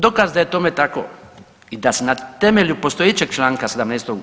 Dokaz da je tome tako i da se na temelju postojećeg čl. 17.